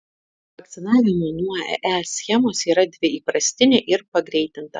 vakcinavimo nuo ee schemos yra dvi įprastinė ir pagreitinta